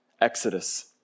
exodus